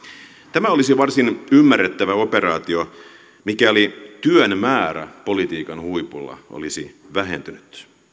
tämä olisi varsin ymmärrettävä operaatio mikäli työn määrä politiikan huipulla olisi vähentynyt